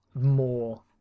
more